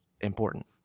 important